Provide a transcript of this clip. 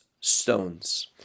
stones